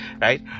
right